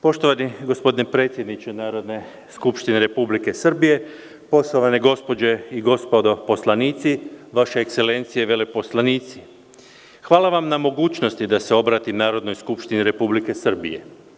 Poštovani gospodine predsedniče Narodne skupštine Republike Srbije, poštovane gospođe i gospodo poslanici, vaše ekselencije, veleposlanici, hvala vam na mogućnosti da se obratim Narodnoj skupštini Republike Srbije.